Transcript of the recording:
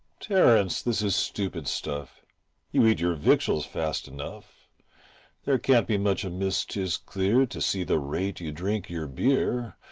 terence, this is stupid stuff you eat your victuals fast enough there can't be much amiss, tis clear, to see the rate you drink your beer.